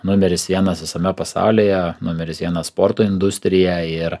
numeris vienas visame pasaulyje numeris vienas sporto industrija ir